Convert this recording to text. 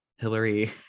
Hillary